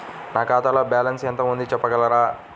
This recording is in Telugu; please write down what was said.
నా ఖాతాలో బ్యాలన్స్ ఎంత ఉంది చెప్పగలరా?